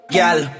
Gyal